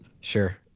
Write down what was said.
Sure